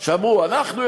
שאמרו: אנחנו,